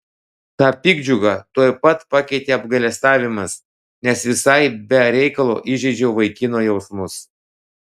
tą piktdžiugą tuoj pat pakeitė apgailestavimas nes visai be reikalo įžeidžiau vaikino jausmus